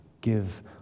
give